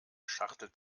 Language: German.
schachtel